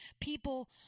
people